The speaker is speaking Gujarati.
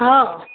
હઉ